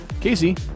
Casey